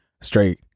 Straight